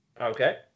Okay